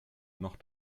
noch